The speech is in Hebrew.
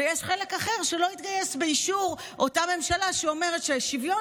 ויש חלק אחר שלא יתגייס באישור אותה ממשלה שאומרת שהשוויון,